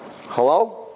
hello